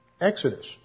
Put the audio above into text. Exodus